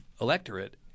electorate